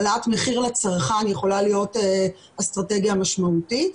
העלאת מחיר לצרכן יכולה להיות אסטרטגיה משמעותית.